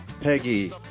Peggy